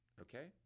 okay